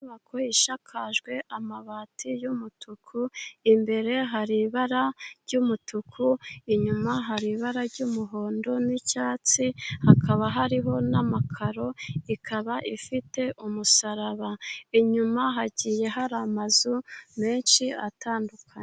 Inyubako isakakajwe amabati y'umutuku , imbere hari ibara ry'umutuku , inyuma hari ibara ry'umuhondo n'icyatsi, hakaba hariho n'amakaro , ikaba ifite umusaraba, inyuma hagiye hari amazu menshi atandukanye.